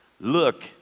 look